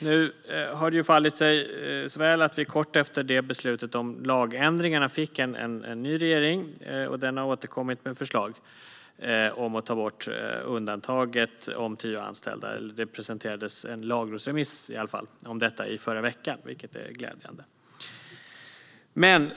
Nu föll det ju sig så väl att vi kort efter beslutet om lagändringarna fick en ny regering, och den har återkommit med förslag om att ta bort undantaget om tio anställda. Det presenterades åtminstone en lagrådsremiss om detta i förra veckan, vilket är glädjande.